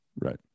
right